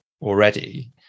already